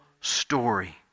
story